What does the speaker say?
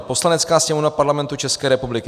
Poslanecká sněmovna Parlamentu České republiky